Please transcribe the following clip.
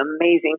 amazing